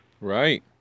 Right